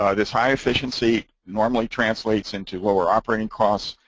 ah this high efficiency normally translates into what we're operating costs,